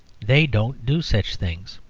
they don't do such things.